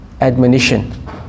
admonition